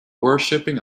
worshipping